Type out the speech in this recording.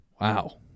Wow